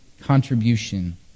contribution